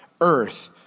earth